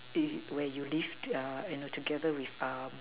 if when you live to uh in a together with uh